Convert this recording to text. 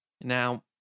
Now